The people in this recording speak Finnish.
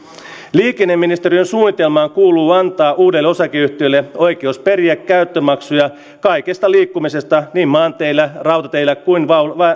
liikenneministeriön suunnitelmaan kuuluu antaa uudelle osakeyhtiölle oikeus periä käyttömaksuja kaikesta liikkumisesta niin maanteillä rautateillä kuin